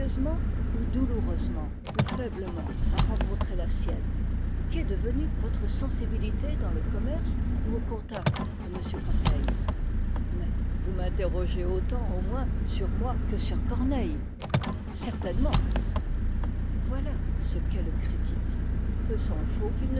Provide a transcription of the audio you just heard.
ou douloureusement ou faiblement à rencontrer la sienne qu'est devenue votre sensibilité dans le commerce ou au contact de m corneille mais vous m'interrogez autant au moins sur moi que sur corneille certainement voilà ce qu'est le critique peu s'en faut qu'il